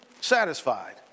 satisfied